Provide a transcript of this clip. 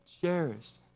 cherished